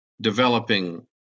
developing